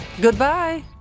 Goodbye